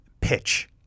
pitch